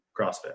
CrossFit